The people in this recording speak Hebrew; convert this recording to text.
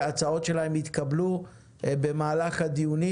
והצעות שלהם התקבלו במהלך הדיונים.